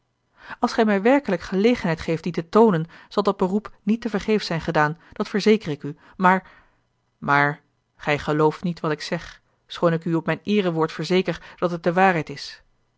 als gij mij werkelijk gelegenheid geeft die te toonen zal dat beroep niet tevergeefs zijn gedaan dat verzeker ik u maar maar gij gelooft niet wat ik zeg schoon ik u op mijn eerewoord verzeker dat het de waarheid is